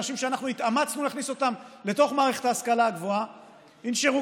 אנשים שאנחנו התאמצנו להכניס אותם לתוך מערכת ההשכלה הגבוהה ינשרו,